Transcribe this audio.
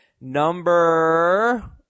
number –